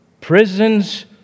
Prisons